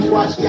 Watch